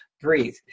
breathe